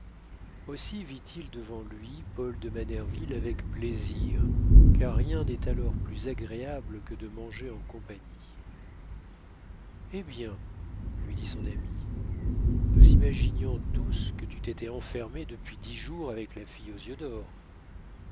aussi vit-il devant lui paul de manerville avec plaisir car rien n'est alors plus agréable que de manger en compagnie eh bien lui dit son ami nous imaginions tous que tu t'étais enfermé depuis dix jours avec la fille aux yeux d'or